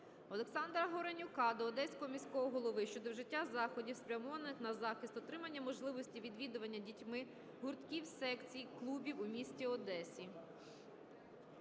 Олександра Горенюка до Одеського міського голови щодо вжиття заходів, спрямованих на захист отримання можливості відвідування дітьми гуртків, секцій, клубів в місті Одесі.